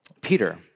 Peter